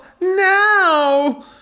now